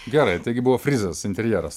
gerai taigi buvo frizas interjeras